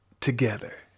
together